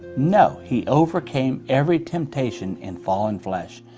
no, he overcame every temptation in fallen flesh,